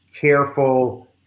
careful